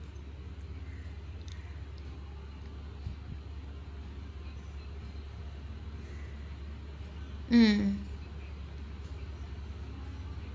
mm